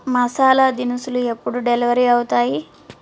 మసాలా దినుసులు ఎప్పుడు డెలివరీ అవుతాయి